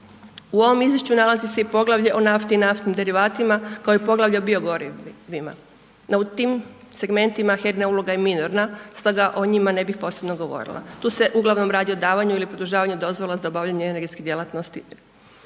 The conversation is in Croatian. U ovom izvješću nalazi se i poglavlje o nafti i naftnim derivatima koje je poglavlje o biogorivima. No, u tim segmentima HERA-ina je uloga minorna, sada o njima ne bi posebno govorila, tu se uglavnom radi o davanju ili produžavanju dozvola za obavljanje energetske djelatnosti.